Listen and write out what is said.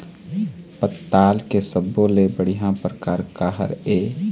पताल के सब्बो ले बढ़िया परकार काहर ए?